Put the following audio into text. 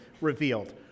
revealed